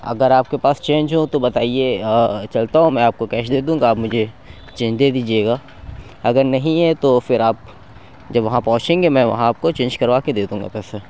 اگر آپ کے پاس چینج ہو تو بتائیے چلتا ہوں میں آپ کو کیش دے دوں گا آپ مجھے چینج دے دیجیے گا اگر نہیں ہے تو پھر آپ جب وہاں پہنچیں گے میں وہاں آپ کو چینج کروا کے دے دوں گا گھر سے